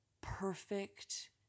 perfect